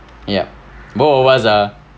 yup both of us are